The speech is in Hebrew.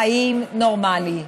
לקיים אורח חיים נורמלי.